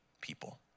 people